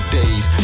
days